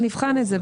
אבל נבחן את זה.